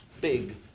big